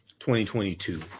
2022